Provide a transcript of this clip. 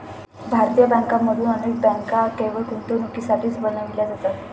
भारतीय बँकांमधून अनेक बँका केवळ गुंतवणुकीसाठीच बनविल्या जातात